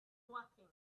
working